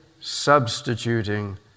substituting